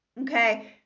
Okay